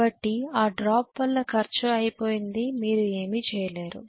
కాబట్టి ఆ డ్రాప్ వల్ల ఖర్చు అయిపోయింది మీరు ఏమీ చేయలేరు